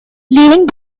leaving